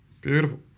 Beautiful